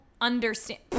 understand